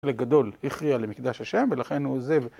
חלק גדול הכריע למקדש ה׳ ולכן הוא עוזב...